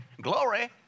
glory